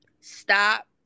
stop